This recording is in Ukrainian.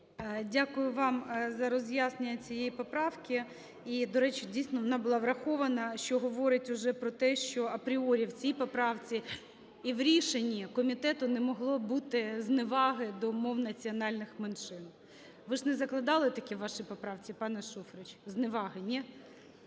Дякую вам за роз'яснення цієї поправки. І, до речі, дійсно, вона була врахована, що говорить уже про те, що апріорі в цій поправці і в рішенні комітету не могло бути зневаги до мов національних меншин. Ви ж не закладали таке в вашій поправці, пане Шуфрич? Зневаги. Ні?